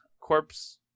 corpse